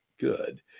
good